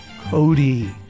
Cody